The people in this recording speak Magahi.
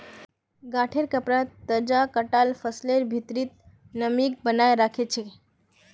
गांठेंर कपडा तजा कटाल फसलेर भित्रीर नमीक बनयें रखे छै